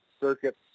circuit